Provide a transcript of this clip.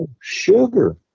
sugar